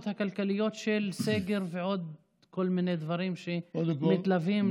הכלכליות של סגר ועוד כל מיני דברים שמתלווים.